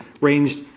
ranged